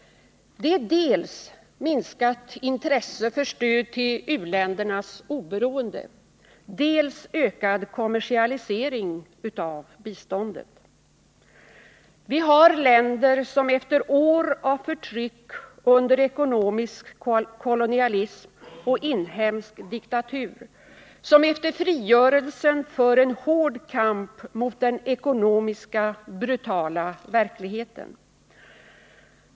Det är dels minskat intresse för stöd till u-ländernas oberoende, dels ökad kommersialisering av biståndet. Vi har länder som efter år av förtryck under ekonomisk kolonialism och inhemsk diktatur och som efter frigörelsen för en hård kamp mot den ekonomiska brutala verkligheten.